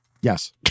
Yes